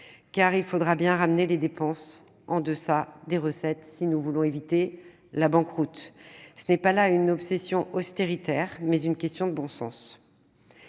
Car il faudra bien ramener les dépenses en deçà des recettes, si nous voulons éviter la banqueroute. C'est là non pas une obsession « austéritaire », mais une question de bon sens.